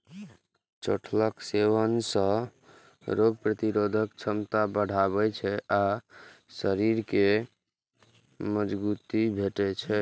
चठैलक सेवन सं रोग प्रतिरोधक क्षमता बढ़ै छै आ शरीर कें मजगूती भेटै छै